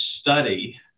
study